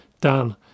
Dan